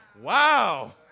Wow